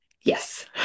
Yes